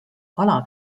kala